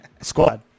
Squad